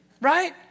right